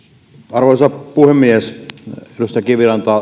arvoisa puhemies edustaja kiviranta